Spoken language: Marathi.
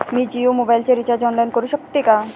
मी जियो मोबाइलचे रिचार्ज ऑनलाइन करू शकते का?